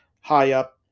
high-up